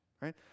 Right